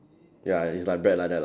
ya is like bag like that lah